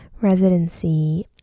residency